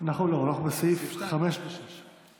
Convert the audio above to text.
אנחנו בסעיף 2, הסתייגויות (5) ו-(6).